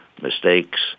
mistakes